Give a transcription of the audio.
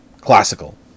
classical